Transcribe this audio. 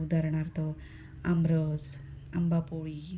उदाहरणार्थ आमरस आंबापोळी